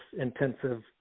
intensive